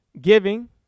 giving